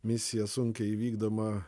misija sunkiai įvykdoma